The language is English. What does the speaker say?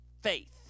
faith